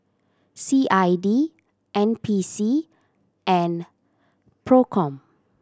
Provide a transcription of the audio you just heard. C I D N P C and Procom